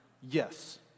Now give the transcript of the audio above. Yes